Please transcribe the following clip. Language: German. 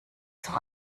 zur